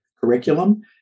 curriculum